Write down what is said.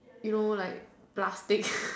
you know like plastic